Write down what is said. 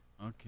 Okay